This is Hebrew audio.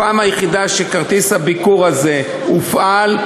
הפעם היחידה שכרטיס הביקור הזה הופעל,